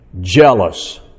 Jealous